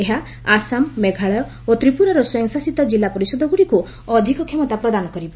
ଏହା ଆସାମ ମେଘାଳୟ ଓ ତ୍ରିପୁରାର ସ୍ୱଂୟ ଶାସିତ କିଲ୍ଲା ପରିଷଦଗୁଡିକୁ ଅଧିକ କ୍ଷମତା ପ୍ରଦାନ କରିବ